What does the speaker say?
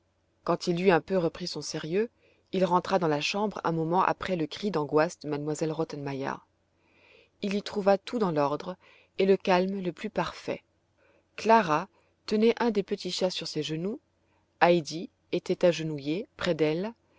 quand il eut un peu repris son sérieux il rentra dans la chambre un moment après le cri d'angoisse de m elle rottenmeier il y trouva tout dans l'ordre et le calme le plus parfaits clara tenait un des petits chats sur ses genoux heidi était agenouillée près d'elle